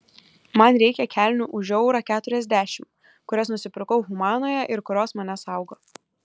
man reikia kelnių už eurą keturiasdešimt kurias nusipirkau humanoje ir kurios mane saugo